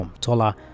Tola